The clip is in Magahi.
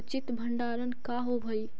उचित भंडारण का होव हइ?